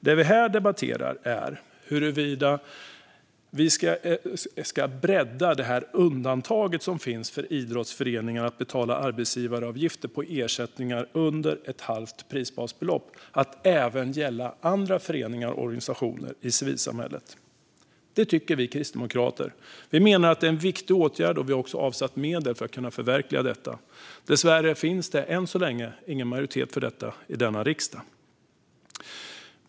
Det vi nu debatterar är huruvida vi ska bredda det nu gällande undantaget för idrottsföreningar att betala arbetsgivaravgifter på ersättningar under ett halvt prisbasbelopp till att även gälla andra föreningar och organisationer i civilsamhället. Det anser vi kristdemokrater och menar att det är en viktig åtgärd, och vi har också avsatt medel för att kunna förverkliga detta. Dessvärre finns det än så länge ingen majoritet för detta i riksdagen.